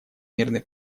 мирный